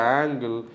angle